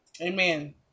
Amen